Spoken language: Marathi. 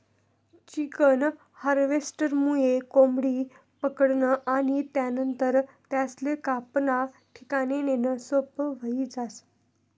चिकन हार्वेस्टरमुये कोंबडी पकडनं आणि त्यानंतर त्यासले कापाना ठिकाणे नेणं सोपं व्हयी जास